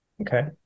Okay